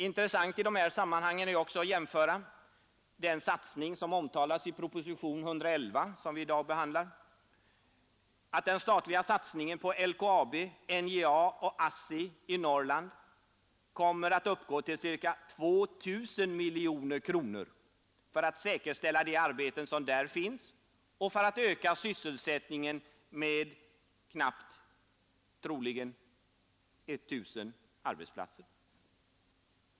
Intressant i dessa sammanhang är också att jämföra den satsning som omtalas i propositionen 111, som vi i dag behandlar, att den statliga satsningen på LKAB, NJA och ASSI i Norrland kommer att uppgå till ca 2 000 miljoner kronor för att säkerställa de arbeten som där finns och för att öka sysselsättningen med troligen knappa 1 000 arbetsplatser.